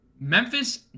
Memphis